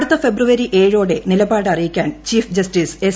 അടുത്ത ഫെബ്രുവരി ഏഴോടെ നിലപാട് അറിയിക്കാൻ ചീഫ് ജസ്റ്റിസ് എസ്